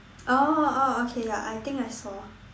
oh oh okay ya I think I saw